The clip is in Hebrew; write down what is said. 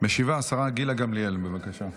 משיבה השרה גילה גמליאל, בבקשה.